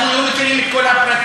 אנחנו לא מכירים את כל הפרטים,